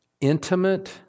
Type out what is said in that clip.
intimate